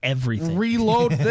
reload